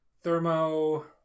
thermo